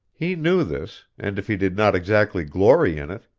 he knew this, and if he did not exactly glory in it,